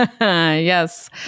Yes